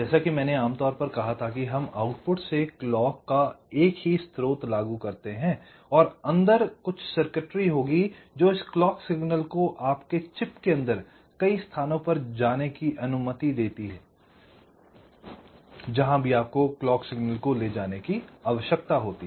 जैसा कि मैंने आम तौर पर कहा था कि हम आउटपुट से क्लॉक का एक ही स्रोत लागू करते हैं और अंदर कुछ सर्किटरी होगी जो इस क्लॉक सिग्नल को आपके चिप के अंदर कई स्थानों पर जाने की अनुमति देती है जहां आपको क्लॉक सिग्नल को ले जाने की आवश्यकता होती है